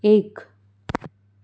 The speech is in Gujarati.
એક